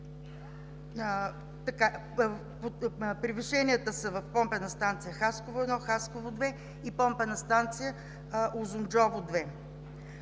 Превишенията са в помпени станции „Хасково – 1“, „Хасково – 2“ и помпена станция „Узунджово –